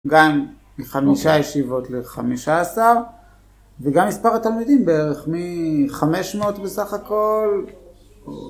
גם מחמישה ישיבות לחמישה עשר וגם מספר התלמידים בערך מחמש מאות בסך הכל